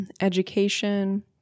education